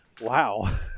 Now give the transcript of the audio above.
wow